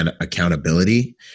accountability